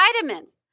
vitamins